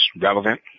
relevant